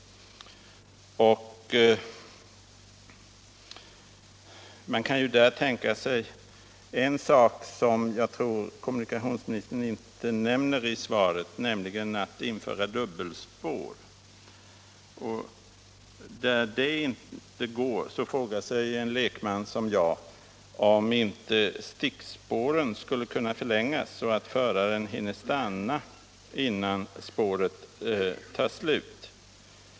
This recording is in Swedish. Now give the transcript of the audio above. Man skulle i det sammanhanget kunna tänka sig att införa dubbelspår, en möjlighet som jag inte tror att kommunikationsministern nämnde i sitt svar. Om en sådan möjlighet är otänkbar frågar sig en lekman som jag om inte stickspåren skulle kunna förlängas så att föraren hinner stanna innan spåret tar slut.